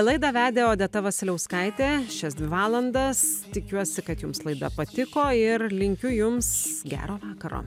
laidą vedė odeta vasiliauskaitė šias dvi valandas tikiuosi kad jums laida patiko ir linkiu jums gero vakaro